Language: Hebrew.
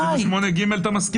לסעיף 38(ג) אתה מסכים.